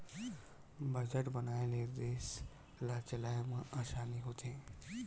budget बनाए ले देस ल चलाए म असानी होथे